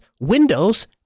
Windows